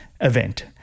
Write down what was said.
event